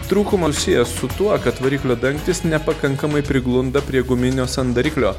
trūkumus sieja su tuo kad variklio dangtis nepakankamai priglunda prie guminio sandariklio